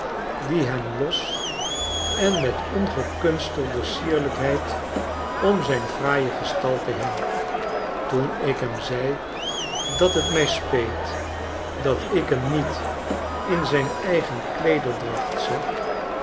die hem los en met ongekunstelde sierlijkheid om zijn fraaie gestalte hing toen ik hem zei dat het mij speet dat ik hem niet in zijn eigen kleederdracht zag